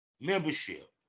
membership